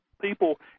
people